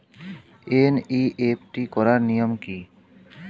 NEFT করার নিয়ম কী?